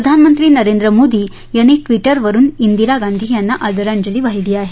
प्रधानमंत्री नरेंद्र मोदी यांनी ट्विटरवरुन इंदिरा गांधी यांना आदरांजली वाहिली आहे